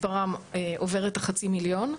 כשמספרם עובר את החצי מיליון,